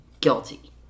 guilty